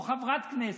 או חברת כנסת,